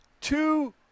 two